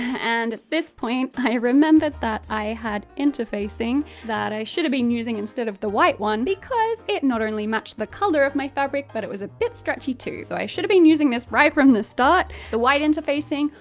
and at this point i remembered that i had interfacing that i should've been using instead of the white one, because it not only matched the colour of my fabric but it was a bit stretchy too. so i should have been using right from the start the white interfacing,